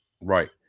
right